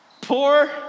Poor